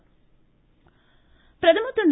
பிரதமர் பிரதமர் திரு